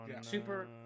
Super